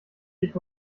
dick